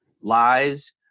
lies